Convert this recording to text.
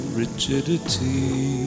rigidity